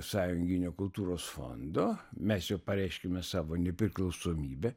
sąjunginio kultūros fondo mes jau pareiškėme savo nepriklausomybę